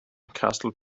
castle